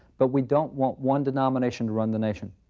but we don't want one denomination to run the nation.